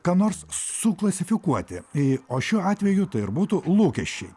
ką nors suklasifikuoti į o šiuo atveju tai ir būtų lūkesčiai